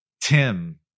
Tim